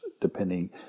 depending